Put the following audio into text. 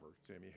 Sammy